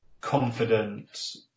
confident